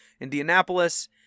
Indianapolis